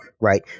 Right